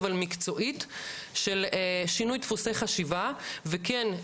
אבל מקצועית של שינוי דפוסי חשיבה וכן,